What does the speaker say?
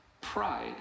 Pride